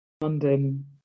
London